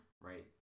right